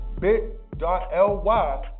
bit.ly